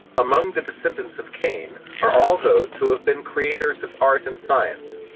among the descendants of cain are all those who have been creators of art and science,